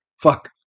fuck